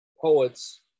poets